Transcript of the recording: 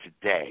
today